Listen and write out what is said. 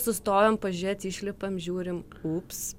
sustojom pažiūrėt išlipam žiūrim ups